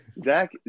Zach